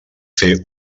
fer